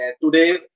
Today